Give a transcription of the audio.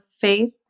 faith